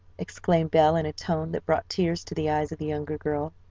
exclaimed belle in a tone that brought tears to the eyes of the younger girl.